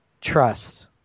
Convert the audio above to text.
trust